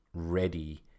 ready